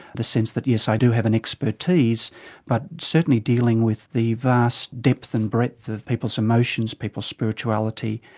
the sense that yes i do have an expertise but certainly dealing with the vast depth and breadth of people's emotions, people's spirituality,